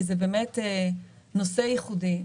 כי זה באמת נושא ייחודי.